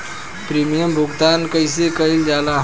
Premium भुगतान कइसे कइल जाला?